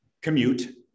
commute